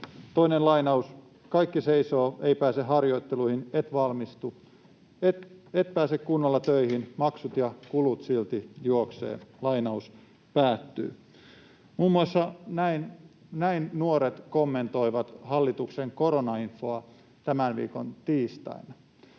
Toinen lainaus: ”Kaikki seisoo: ei pääse harjoitteluihin, et valmistu, et pääse kunnolla töihin, maksut ja kulut silti juoksee.” Muun muassa näin nuoret kommentoivat hallituksen koronainfoa tämän viikon tiistaina.